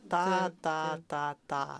tą tą tą tą